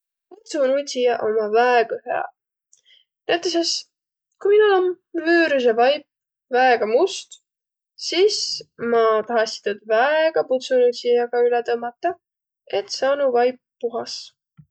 Pudsunudsijaq ommaq väega hüäq. Näütüses kui om vüürüse vaip väega must, sis ma tahassiq tuud väega pudsunudsijaga üle tõmmata, et saanu vaip puhas.